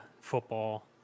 Football